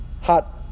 hot